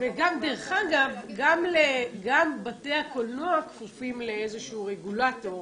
דרך אגב, גם בתי הקולנוע כפופים לאיזשהו רגולטור,